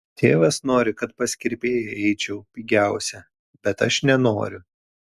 tėvas nori kad pas kirpėją eičiau pigiausia bet aš nenoriu